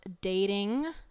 dating